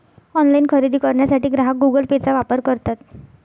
online खरेदी करण्यासाठी ग्राहक गुगल पेचा वापर करतात